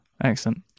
Excellent